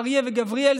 אריה וגבריאל,